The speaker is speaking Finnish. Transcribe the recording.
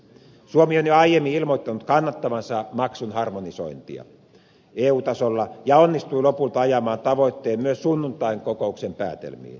suomi on jo aiemmin ilmoittanut kannattavansa maksun harmonisointia eu tasolla ja onnistui lopulta ajamaan tavoitteen myös sunnuntain kokouksen päätelmiin